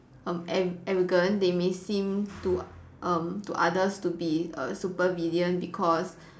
um ar~ arrogant they may seem to um to others to be a supervillain because